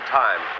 time